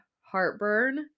heartburn